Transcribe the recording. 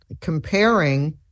comparing